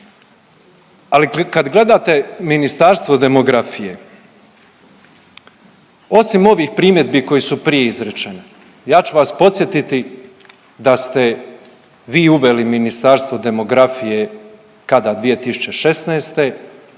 Ali kad gledate ministarstvo demografije, osim ovih primjedbi koje su prije izrečene, ja ću vas podsjetiti da ste vi uveli ministarstvo demografije, kada, 2016.,